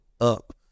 up